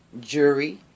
jury